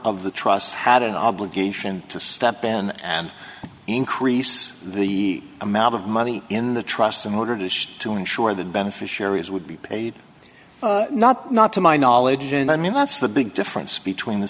trusts had an obligation to step in and increase the amount of money in the trust in order to to ensure that beneficiaries would be paid not not to my knowledge and i mean that's the big difference between the